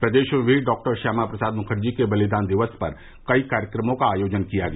प्रदेश में भी डॉक्टर श्यामा प्रसाद मुखर्जी के बलिदान दिवस पर कई कार्यक्रमों का आर्योजन किया गया